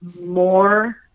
more